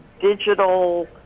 digital